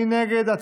מי נגד?